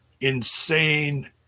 insane